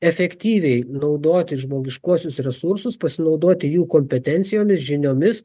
efektyviai naudoti žmogiškuosius resursus pasinaudoti jų kompetencijomis žiniomis